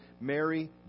Mary